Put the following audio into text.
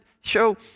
show